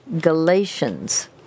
galatians